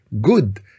good